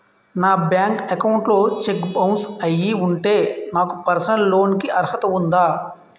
నా bank account లో cheque bounce అయ్యి ఉంటే నాకు పర్సనల్ లోన్ కీ అర్హత ఉందా?